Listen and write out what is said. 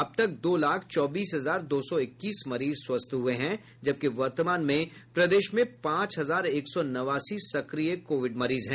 अब तक दो लाख चौबीस हजार दो सौ इक्कीस मरीज स्वस्थ हुए हैं जबकि वर्तमान में प्रदेश में पांच हजार एक सौ नवासी सक्रिय कोविड मरीज हैं